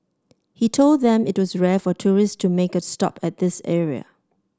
he told them it was rare for tourist to make a stop at this area